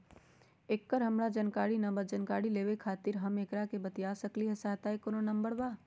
एकर हमरा जानकारी न बा जानकारी लेवे के खातिर हम केकरा से बातिया सकली ह सहायता के कोनो नंबर बा?